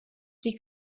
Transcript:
die